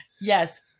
Yes